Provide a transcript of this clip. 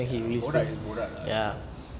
ya borat is borat lah so